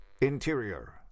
Interior